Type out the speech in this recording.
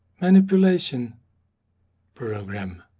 manipulation program.